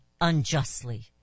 unjustly